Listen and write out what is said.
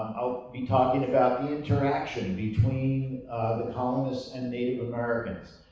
i'll be talking about the interaction between the colonists and native americans,